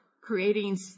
creating